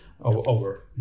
over